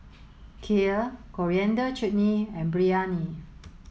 kheer Coriander Chutney and Biryani